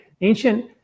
ancient